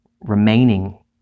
remaining